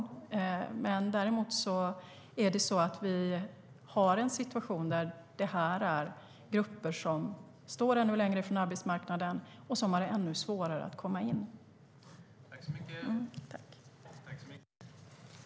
Däremot har vi en situation där detta är grupper som står ännu längre från arbetsmarknaden och som har ännu svårare att komma in.